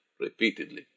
repeatedly